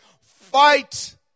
fight